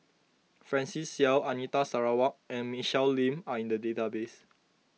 Francis Seow Anita Sarawak and Michelle Lim are in the database